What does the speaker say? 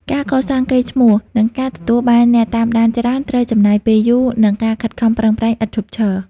ការកសាងកេរ្តិ៍ឈ្មោះ និងការទទួលបានអ្នកតាមដានច្រើនត្រូវចំណាយពេលយូរ និងការខិតខំប្រឹងប្រែងឥតឈប់ឈរ។